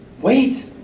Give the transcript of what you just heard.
Wait